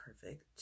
perfect